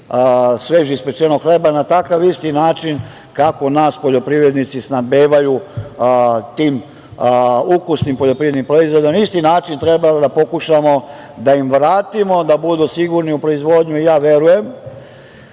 sveže ispečenog hleba, na takav isti način kako nas poljoprivrednici snabdevaju tim ukusnim poljoprivrednim proizvodima, na isti način treba da pokušamo da im vratimo, da budu sigurni u proizvodnju. Verujem